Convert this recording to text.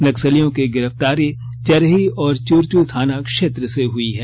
नक्सलियों की गिरफ्तारी चरही और चुरचू थाना क्षेत्र से हुई है